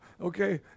Okay